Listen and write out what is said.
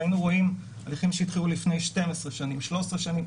והיינו רואים הליכים שהתחילו לפני 13-12 שנים,